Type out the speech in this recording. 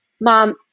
mom